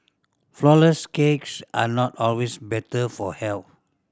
flourless cakes are not always better for health